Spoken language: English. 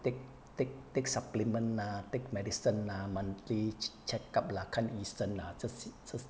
take take take supplement ah take medicine lah monthly che~ check up lah 看医生 ah 这些这些